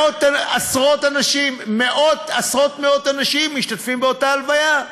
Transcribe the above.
עשרות, מאות אנשים משתתפים באותה הלוויה,